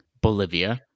Bolivia